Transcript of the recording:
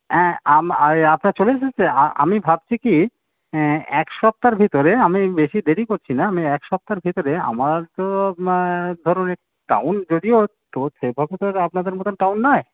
হ্যাঁ এই আপনার চলে এসেছে আমি ভাবছি কি এক সপ্তাহর ভিতরে আমি বেশি দেরি করছি না আমি এক সপ্তাহর ভেতরে আমার তো ধরুন এক টাউন যদিও তো সে পথে তো আর আপনাদের মতোন টাউন নয়